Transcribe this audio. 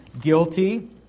guilty